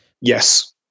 yes